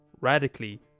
radically